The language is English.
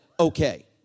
Okay